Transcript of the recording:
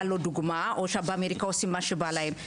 לא דוגמה ובאמריקה עושים מה שבא להם.